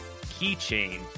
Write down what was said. keychain